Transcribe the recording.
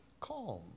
Calm